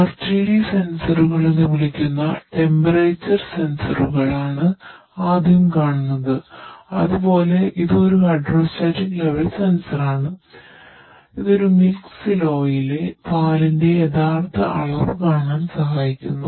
RTD സെൻസറുകൾ എന്ന് വിളിക്കുന്ന ടെമ്പറേച്ചർ സെൻസറുകൾ പാലിന്റെ യഥാർത്ഥ അളവ് കാണാൻ സഹായിക്കുന്നു